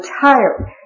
tired